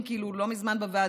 אה,